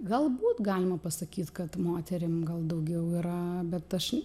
galbūt galima pasakyt kad moterim gal daugiau yra bet aš